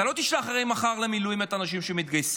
אתה הרי לא תשלח מחר למילואים את האנשים שמתגייסים.